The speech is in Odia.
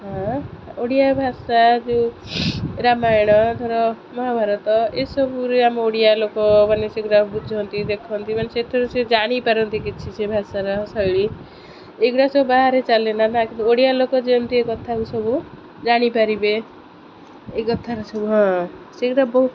ଓଡ଼ିଆ ଭାଷା ଯେଉଁ ରାମାୟଣ ଧର ମହାଭାରତ ଏସବୁରେ ଆମ ଓଡ଼ିଆ ଲୋକ ମାନେ ସେଗୁଡ଼ା ବୁଝନ୍ତି ଦେଖନ୍ତି ମାନେ ସେଥିରୁ ସେ ଜାଣିପାରନ୍ତି କିଛି ସେ ଭାଷାର ଶୈଳୀ ଏଗୁଡ଼ା ସବୁ ବାହାରେ ଚାଲେ ନା କିନ୍ତୁ ଓଡ଼ିଆ ଲୋକ ଯେମିତି ଏ କଥାକୁ ସବୁ ଜାଣିପାରିବେ ଏ କଥାର ସବୁ ହଁ ସେଗୁଡ଼ା ବହୁତ